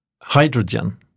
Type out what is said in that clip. hydrogen